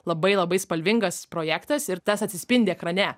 labai labai spalvingas projektas ir tas atsispindi ekrane